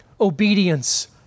obedience